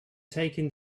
taking